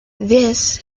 this